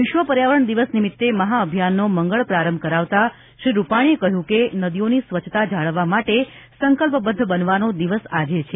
વિશ્વ પર્યાવરણ દિવસ નિમિત્તે મહાઅભિયાનનો મંગળ પ્રારંભ કરાવતા શ્રી રૂપાલીએ કહ્યું હતું કે નદીઓની સ્વચ્છતા જાળવવા માટે સંકલ્પબદ્ધ બનવાનો દિવસ આજે છે